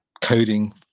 coding